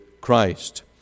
Christ